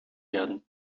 werden